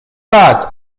tak